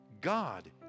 God